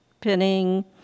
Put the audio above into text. pinning